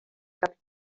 cap